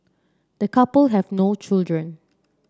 the couple have no children